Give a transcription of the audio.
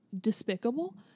despicable